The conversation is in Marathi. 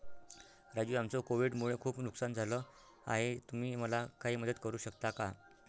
राजू आमचं कोविड मुळे खूप नुकसान झालं आहे तुम्ही मला काही मदत करू शकता का?